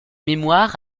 mémoires